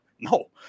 no